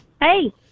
Hey